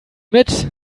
mit